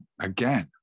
again